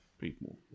People